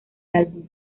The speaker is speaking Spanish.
álbum